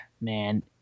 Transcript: man